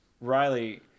Riley